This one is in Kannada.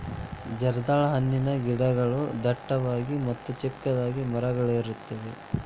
ಜರ್ದಾಳ ಹಣ್ಣಿನ ಗಿಡಗಳು ಡಟ್ಟವಾಗಿ ಮತ್ತ ಚಿಕ್ಕದಾದ ಮರಗಳಿರುತ್ತವೆ